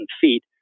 feet